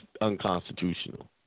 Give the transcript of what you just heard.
unconstitutional